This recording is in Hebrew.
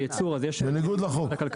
זה לא בדיוק.